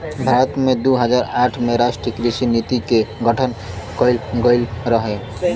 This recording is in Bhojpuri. भारत में दू हज़ार आठ में राष्ट्रीय कृषि नीति के गठन कइल गइल रहे